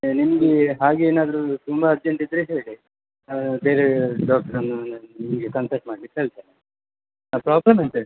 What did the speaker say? ನಿಮಗೆ ಹಾಗೇನಾದರೂ ತುಂಬ ಅರ್ಜೆಂಟ್ ಇದ್ದರೆ ಹೇಳಿ ಬೇರೇ ಡಾಕ್ಟ್ರನ್ನು ನಾನು ನಿಮಗೆ ಕನ್ಸಲ್ಟ್ ಮಾಡ್ಲಿಕ್ಕೆ ಹೇಳ್ತೇನೆ ಹಾಂ ಪ್ರಾಬ್ಲಮ್ ಎಂತಹೇಳಿ